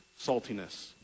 saltiness